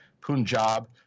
Punjab